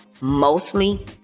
mostly